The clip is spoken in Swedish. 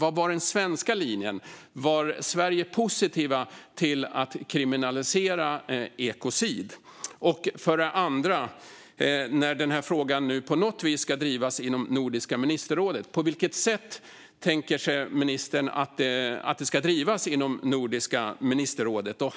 Vad var den svenska linjen? Var Sverige positivt till att kriminalisera ekocid? Vidare vill jag veta, när nu frågan på något vis ska drivas inom Nordiska ministerrådet, på vilket sätt ministern tänker sig att frågan ska drivas.